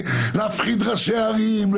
להפחיד ראשי ערים.